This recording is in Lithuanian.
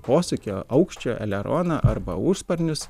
posūkio aukščio eleroną arba užsparnius